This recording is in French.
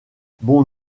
bon